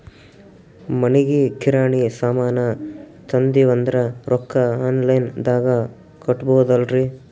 ಮನಿಗಿ ಕಿರಾಣಿ ಸಾಮಾನ ತಂದಿವಂದ್ರ ರೊಕ್ಕ ಆನ್ ಲೈನ್ ದಾಗ ಕೊಡ್ಬೋದಲ್ರಿ?